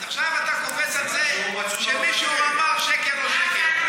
אז עכשיו אתה קופץ על זה שמישהו אמר שקר או לא שקר.